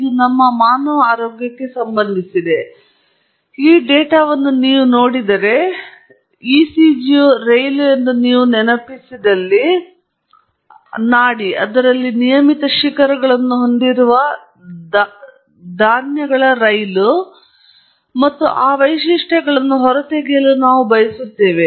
ಇದು ನಮ್ಮ ಮಾನವ ಆರೋಗ್ಯಕ್ಕೆ ಸಂಬಂಧಿಸಿದೆ ಮತ್ತು ನೀವು ನೋಡಿದರೆ ECG ಯು ರೈಲು ಎಂದು ನೀವು ನೆನಪಿಸಿದಲ್ಲಿ ನಾಡಿ ಅದರಲ್ಲಿ ನಿಯಮಿತ ಶಿಖರಗಳನ್ನು ಹೊಂದಿರುವ ಧಾನ್ಯಗಳ ರೈಲು ಮತ್ತು ಆ ವೈಶಿಷ್ಟ್ಯಗಳನ್ನು ಹೊರತೆಗೆಯಲು ನಾವು ಬಯಸುತ್ತೇವೆ